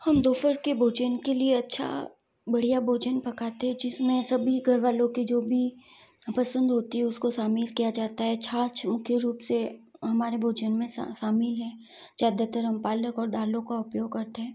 हम दोपहर के भोजन के लिए अच्छा बढ़िया भोजन पकाते हैं जिसमें सभी घर वालों के जो भी पसंद होती है उसको शामिल किया जाता है छाछ मुख्य रूप से हमारे भोजन में शामिल है ज़्यादातर हम पालक और दालों का उपयोग करते हैं